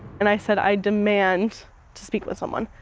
and i said, i demand to speak with someone.